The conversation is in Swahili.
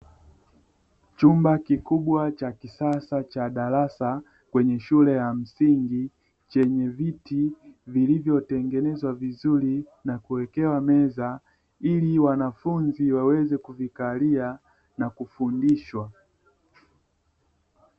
Chumba kikubwa cha kisasa cha darasa kwenye shule ya msingi chenye viti vilivyo tengenezwa vizuri na kuwekewa meza ili wanafunzi waweze kuvikalia na kufundishwa.